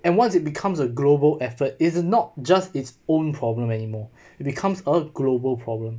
and once it becomes a global effort it is not just its own problem anymore it becomes a global problem